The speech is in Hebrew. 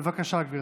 בבקשה, גברתי.